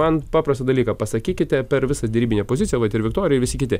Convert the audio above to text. man paprastą dalyką pasakykite per visą derybinę poziciją vat ir viktorija ir visi kiti